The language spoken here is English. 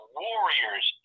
warriors